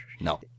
No